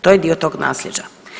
To je dio tog naslijeđa.